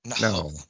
No